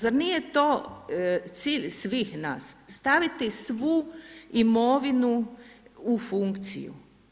Zar nije to cilj svih nas, staviti svu imovinu u funkciju?